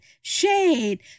shade